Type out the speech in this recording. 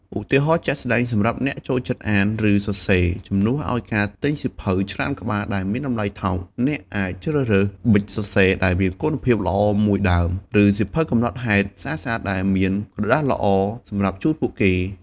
ឧទាហរណ៍ជាក់ស្តែង សម្រាប់អ្នកចូលចិត្តអាន ឬសរសេរ ជំនួសឱ្យការទិញសៀវភៅច្រើនក្បាលដែលមានតម្លៃថោក អ្នកអាចជ្រើសរើស ប៊ិចសរសេរដែលមានគុណភាពល្អមួយដើម ឬ សៀវភៅកំណត់ហេតុស្អាតៗ ដែលមានក្រដាសល្អ សម្រាប់ជូនពួកគេ។